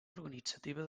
organitzativa